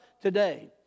today